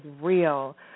real